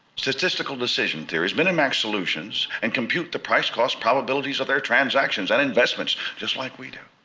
statistical decision theories, min and max solutions, and compute the price-cost probabilities of their transactions and investments just like we do.